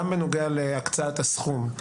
גם בנוגע להקצאת הסכום,